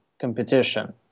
competition